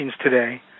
today